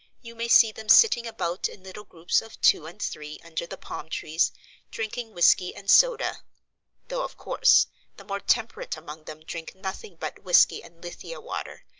you may see them sitting about in little groups of two and three under the palm trees drinking whiskey and soda though of course the more temperate among them drink nothing but whiskey and lithia water,